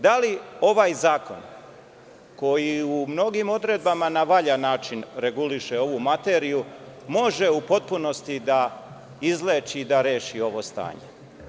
Da li ovaj zakon, koji u mnogim odredbama na valjan način reguliše ovu materiju, može u potpunosti da izleči i da reši ovo stanje?